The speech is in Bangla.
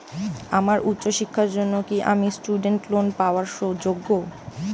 আমার উচ্চ শিক্ষার জন্য কি আমি স্টুডেন্ট লোন পাওয়ার যোগ্য?